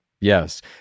Yes